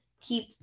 keep